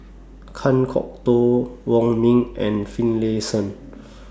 Kan Kwok Toh Wong Ming and Finlayson